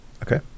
Okay